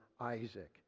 Isaac